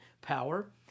power